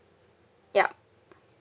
yup